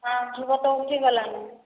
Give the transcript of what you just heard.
ଉଠି ଗଲାଣି